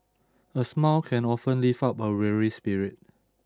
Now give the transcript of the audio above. a smile can often lift up a weary spirit